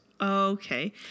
okay